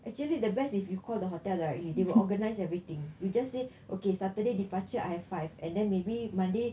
actually the best if you call the hotel like they will organize everything we just say okay saturday departure I have five and then maybe monday